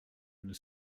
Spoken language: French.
nous